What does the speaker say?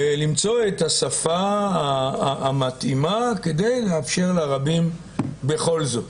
ולמצוא את השפה המתאימה כדי לאפשר לרבים בכל זאת.